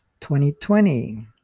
2020